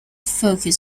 focus